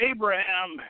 Abraham